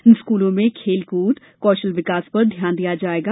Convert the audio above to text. इन स्कूलों में खेलकूद कौशल विकास पर ध्यान दिया जायेगा